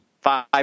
five